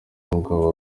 umugabo